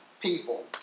People